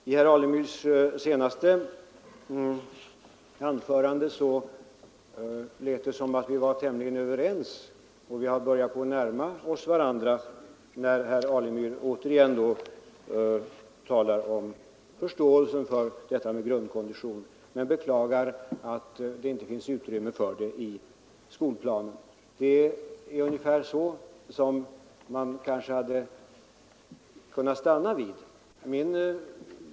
På herr Alemyrs senaste anförande lät det som om vi var tämligen överens och att vi börjat närma oss varandra; herr Alemyr talade nu igen om förståelse för grundkondition men beklagade att det inte finns något ytterligare utrymme i läroplanen. Det är kanske just där man borde ha stannat i vår debatt.